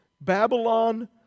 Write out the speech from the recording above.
Babylon